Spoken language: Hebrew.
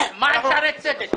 מה עם שערי צדק?